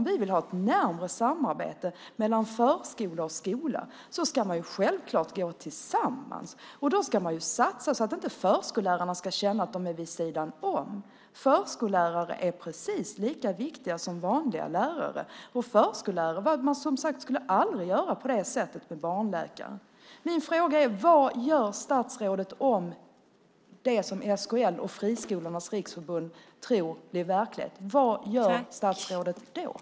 Om vi vill ha ett närmare samarbete mellan förskola och skola ska man självklart gå tillsammans. Då ska man satsa så att förskollärarna inte känner att de är vid sidan om. Förskollärare är precis lika viktiga som vanliga lärare. Man skulle, som sagt, aldrig göra på det sättet med barnläkare. Min fråga är: Vad gör statsrådet om det som SKL och Friskolornas Riksförbund tror blir verklighet också blir det?